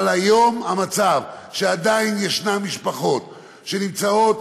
אבל היום המצב הוא שעדיין ישנן משפחות שנמצאות